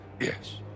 yes